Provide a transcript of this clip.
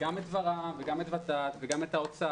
גם את ור"מ, גם את ות"ת וגם את האוצר,